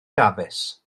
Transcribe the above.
dafis